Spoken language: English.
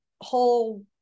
whole